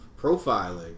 profiling